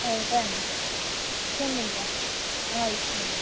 సరే అండీ ఇచ్చెయ్యండి ఇంక ఇచ్చెయ్యండి